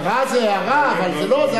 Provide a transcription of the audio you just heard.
הערה זו הערה, אבל זה לא.